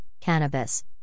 cannabis